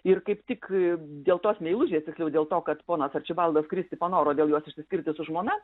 ir kaip tik dėl tos meilužės tiksliau dėl to kad ponas arčibaldas kristi panoro dėl jos išsiskirti su žmona